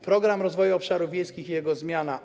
Program Rozwoju Obszarów Wiejskich i jego zmiana.